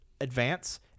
advance